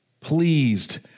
pleased